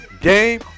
Game